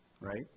right